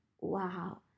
wow